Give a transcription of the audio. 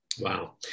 Wow